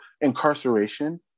incarceration